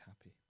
happy